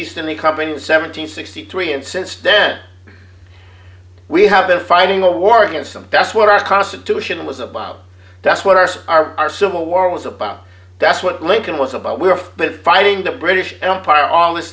east in the coming seven hundred sixty three and since then we have been fighting a war against them that's what our constitution was about that's what arse our our civil war was about that's what lincoln was about we are fighting the british empire all this